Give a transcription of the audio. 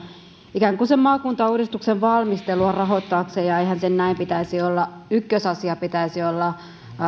ikään kuin rahoittaakseen sen maakuntauudistuksen valmistelua ja ja eihän sen näin pitäisi olla ykkösasian pitäisi olla